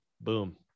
boom